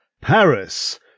Paris